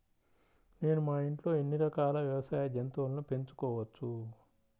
నేను మా ఇంట్లో ఎన్ని రకాల వ్యవసాయ జంతువులను పెంచుకోవచ్చు?